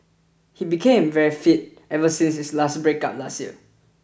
he became very fit ever since his last breakup last year